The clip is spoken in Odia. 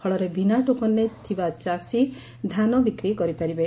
ଫଳରେ ବିନା ଟୋକନ୍ରେ ଥିବା ଚାଷୀ ଧାନ ବିକ୍ରି କରିପାରିବେ